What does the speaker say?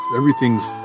everything's